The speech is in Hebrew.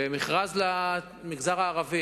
ומכרז למגזר הערבי.